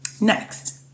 Next